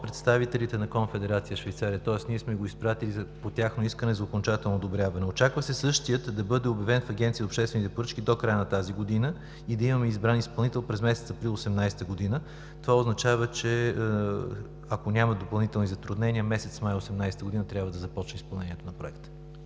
представителите на Конфедерация Швейцария, тоест сме го изпратили по тяхно искане за окончателно одобряване. Очаква се същият да бъде обявен в Агенцията за обществени поръчки до края на тази година и да имаме избран изпълнител през месец април 2018 г. Това означава, че ако няма допълнителни затруднения, месец май 2018 г. трябва да започне изпълнението на проекта.